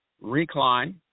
recline